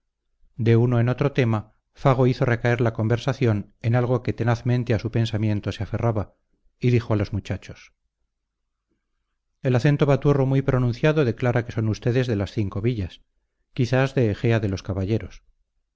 de uno en otro tema fago hizo recaer la conversación en algo que tenazmente a su pensamiento se aferraba y dijo a los muchachos el acento baturro muy pronunciado declara que son ustedes de las cinco villas quizás de ejea de los caballeros